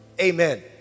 Amen